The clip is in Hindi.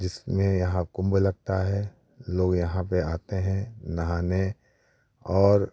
जिसमें यहाँ कुम्भ लगता है लोग यहाँ पे आते हैं नहाने और